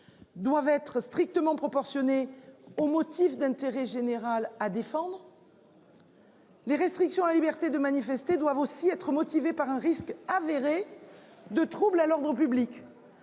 Doivent être strictement proportionnées au motif d'intérêt général à défendre. Les restrictions à la liberté de manifester doivent aussi être motivé par un risque avéré. De troubles à l'ordre public.